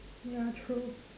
ya true